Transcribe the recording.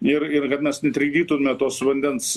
ir ir kad mes netrikdytume tos vandens